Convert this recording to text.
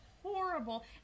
horrible